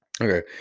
Okay